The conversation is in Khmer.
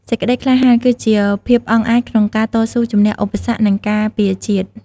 សេចក្តីក្លាហានគឺជា ភាពអង់អាចក្នុងការតស៊ូជំនះឧបសគ្គ និងការពារជាតិ។